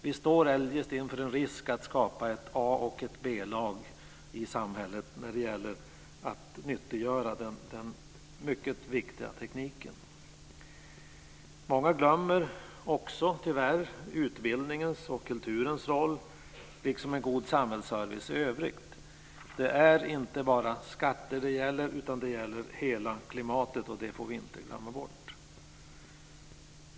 Vi står eljest inför en risk att skapa ett A och ett B-lag i samhället när det gäller att nyttiggöra den mycket viktiga tekniken. Många glömmer tyvärr också utbildningens och kulturens roll, liksom en god samhällsservice i övrigt. Det är inte bara skatter det gäller, utan det gäller hela klimatet. Det får vi inte glömma bort.